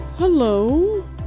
Hello